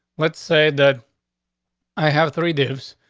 let's say that i have three dave's.